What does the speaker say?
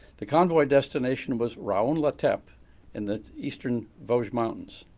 the convoy destination was raon-l'etape in the eastern vosges mountains,